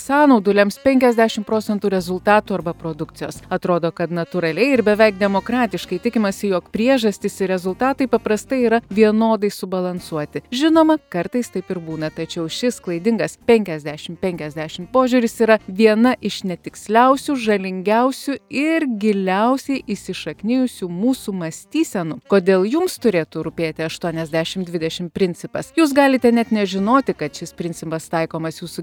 sąnaudų lems penkiasdešimt procentų rezultatų arba produkcijos atrodo kad natūraliai ir beveik demokratiškai tikimasi jog priežastys ir rezultatai paprastai yra vienodai subalansuoti žinoma kartais taip ir būna tačiau šis klaidingas penkiasdešimt penkiasdešimt požiūris yra viena iš netiksliausių žalingiausių ir giliausiai įsišaknijusių mūsų mąstysenų kodėl jums turėtų rūpėti aštuoniasdešimt dvidešimt principas jūs galite net nežinoti kad šis principas taikomas jūsų